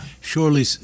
Surely